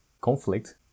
conflict